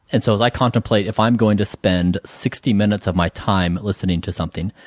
and so, as i contemplate if i am going to spend sixty minutes of my time listening to something,